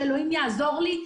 שאלוהים יעזור לי,